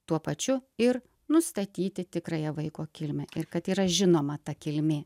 tuo pačiu ir nustatyti tikrąją vaiko kilmę ir kad yra žinoma ta kilmė